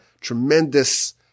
tremendous